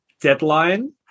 deadline